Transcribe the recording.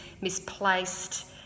misplaced